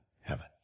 heaven